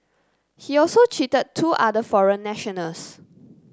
he also cheated two other foreign nationals